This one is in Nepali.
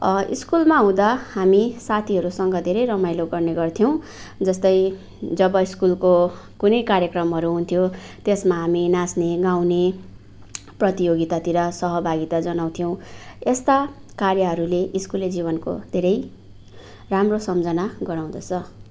स्कुलमा हुँदा हामी साथीहरूसँग धेरै रमाइलो गर्ने गर्थ्यौँ जस्तै जब स्कुलको कुनै कार्यक्रमहरू हुन्थ्यो त्यसमा हामी नाच्ने गाउने प्रतियोगितातिर सहभागिता जनाउँथ्यौँ यस्ता कार्यहरूले स्कुले जीवनको धेरै राम्रो सम्झना गराउँदछ